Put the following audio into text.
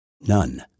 none